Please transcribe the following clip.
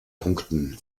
punkten